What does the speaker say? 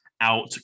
out